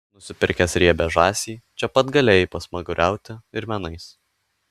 nusipirkęs riebią žąsį čia pat galėjai pasmaguriauti ir menais